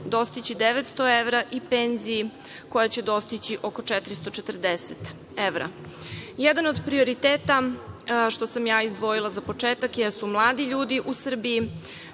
dostići 900 evra i penziji koja će dostići oko 440 evra. Jedan od prioriteta što sam ja izdvojila za početak jesu mladi ljudi u Srbiji.